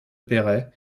perret